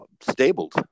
stabled